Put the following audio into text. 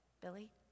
Billy